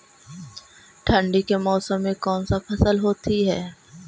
ठंडी के मौसम में कौन सा फसल होती है?